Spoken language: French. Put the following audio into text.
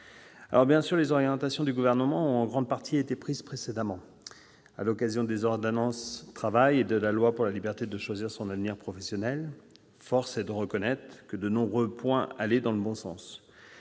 résolus. Bien sûr, les orientations du Gouvernement ont en grande partie été prises précédemment, à l'occasion des ordonnances Travail et de la loi pour la liberté de choisir son avenir professionnel. Force est de reconnaître que de nombreux points allaient dans le bon sens.